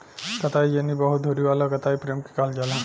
कताई जेनी बहु धुरी वाला कताई फ्रेम के कहल जाला